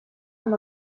amb